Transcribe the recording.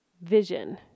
vision